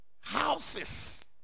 Houses